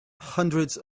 hundreds